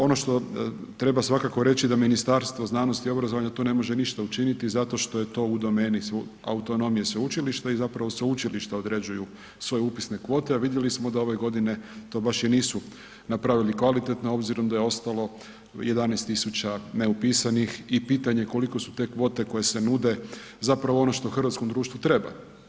Ono što treba svakako reći da Ministarstvo znanosti i obrazovanja tu ne može ništa učiniti zato što je to u domeni autonomije sveučilišta i zapravo sveučilišta određuju svoje upisne kvote, a vidjeli smo da ove godine to baš i nisu napravili kvalitetno obzirom da je ostalo 11.000 neupisanih i pitanje koliko su te kvote koje se nude zapravo ono što hrvatskom društvu treba.